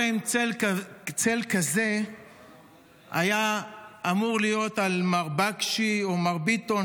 אם צל כזה היה אמור להיות על מר בקשי או מר ביטון,